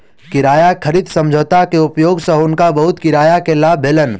किराया खरीद समझौता के उपयोग सँ हुनका बहुत किराया के लाभ भेलैन